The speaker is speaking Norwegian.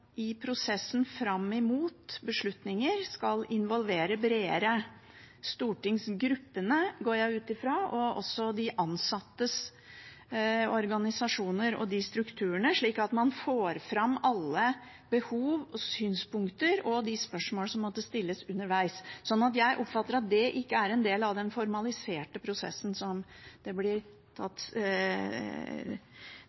i prosessen fram mot beslutninger skal involvere bredere – stortingsgruppene, går jeg ut ifra, og også de ansattes organisasjoner og de strukturene – slik at man får fram alle behov og synspunkter og de spørsmålene som måtte stilles underveis. Så jeg oppfatter at det ikke er en del av den formaliserte prosessen, som blir nevnt her. Det